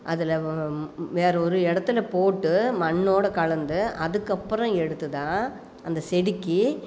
அதில் வேற ஒரு இடத்துல போட்டு மண்ணோடு கலந்து அதுக்கப்புறம் எடுத்து தான் அந்த செடிக்கு